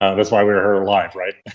ah that's why we're here live, right?